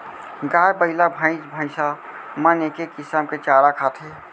गाय, बइला, भईंस भईंसा मन एके किसम के चारा खाथें